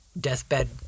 deathbed